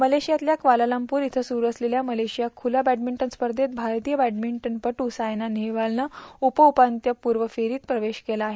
मलेशियातल्या Kuala Lumpur इयं सुरू असलेल्या म्तेशिया खुल्या बॅडमिंटन स्पर्षेत भारतीय बॅडमिंटनपटू सायना नेहवालनं उप उपांत्यपूर्व फेरीत प्रवेश केला आहे